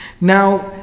now